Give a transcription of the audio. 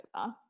over